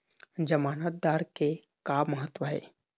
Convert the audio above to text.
जमानतदार के का महत्व हे?